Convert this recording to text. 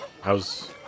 how's